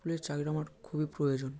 পুলিশের চাকরিটা আমার খুবই প্রয়োজন